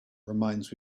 reminds